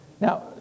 Now